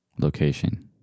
location